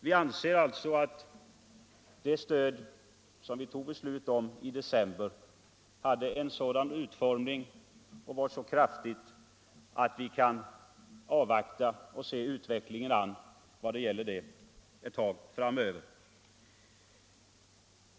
Vi anser att stödet hade en sådan utformning och var så kraftigt att vi kan avvakta utvecklingen ett tag framöver.